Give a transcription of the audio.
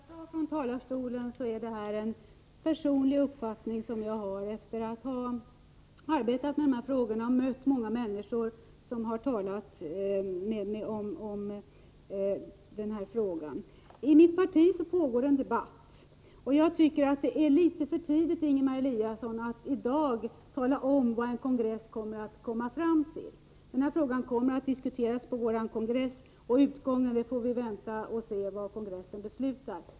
Herr talman! Som jag sade från talarstolen är det här en personlig uppfattning som jag har fått, efter att ha arbetat med dessa frågor och mött många människor som har talat med mig om saken. I mitt parti pågår en debatt, och jag tycker det är litet för tidigt, Ingemar Eliasson, att i dag tala om, vad kongressen kommer fram till. Denna fråga skall behandlas på vår kongress, och när det gäller utgången av det hela får vi vänta och se vad kongressen beslutar.